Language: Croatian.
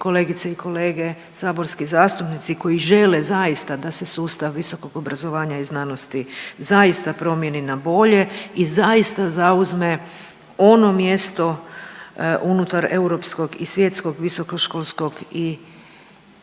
kolegice i kolege saborski zastupnici koji žele zaista da se sustav visokog obrazovanja i znanosti zaista promijeni na bolje i zaista zauzme ono mjesto unutar europskog i svjetskog visokoškolskog i